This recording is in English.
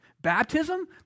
baptism